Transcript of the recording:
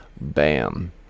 Bam